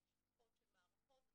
של משפחות, של מערכות.